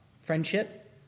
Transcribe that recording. Friendship